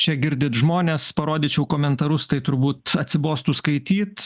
čia girdit žmonės parodyčiau komentarus tai turbūt atsibostų skaityt